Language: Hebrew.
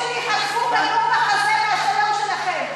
שני בנים שלי חטפו כדור בחזה מהשלום שלכם.